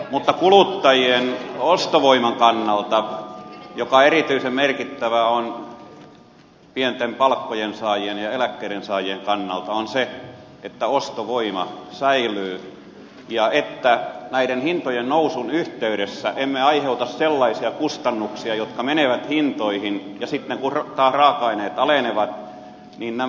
mutta kuluttajien ostovoiman kannalta erityisen merkittävää pienten palkkojen saajien ja eläkkeidensaajien kannalta on se että ostovoima säilyy ja että hintojen nousun yhteydessä emme aiheuta sellaisia kustannuksia jotka menevät hintoihin ja jotka sitten kun taas raaka aineiden hinnat alenevat jäävät sinne hintoihin